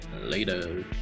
Later